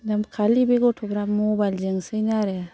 खालि बे गथ'फ्रा मबाइल जोंसैनो आरो